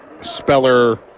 Speller